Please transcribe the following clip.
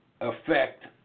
affect